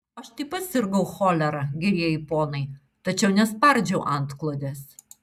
aš taip pat sirgau cholera gerieji ponai tačiau nespardžiau antklodės